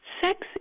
sex